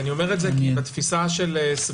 ואני אומר את זה כי בתפיסה של סביבה,